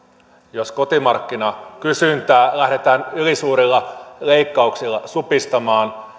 jos kotimarkkinakysyntää lähdetään ylisuurilla leikkauksilla supistamaan